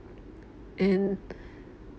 and